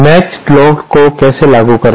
matched load को कैसे लागू करें